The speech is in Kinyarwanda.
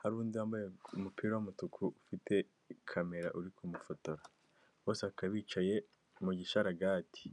hari undi wambaye umupira w'umutuku ufite kamera uri kumufotora, bose bakaba bicaye mu gisharagati.